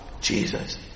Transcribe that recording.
Jesus